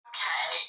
Okay